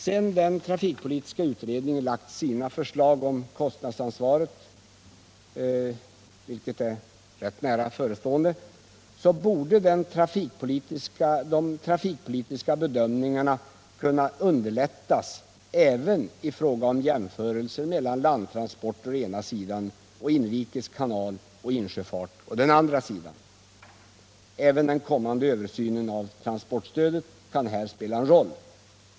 Sedan den trafikpolitiska utredningen lagt sina förslag om kostnadsansvaret, vilket är rätt nära förestående, borde de trafikpolitiska bedömningarna kunna underlättas även i fråga om jämförelser mellan landtransporter å ena sidan och inrikes kanaloch insjöfart å den andra sidan. Även den kommande översynen av transportstödet kan här spela en roll.